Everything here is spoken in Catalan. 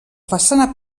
façana